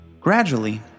Gradually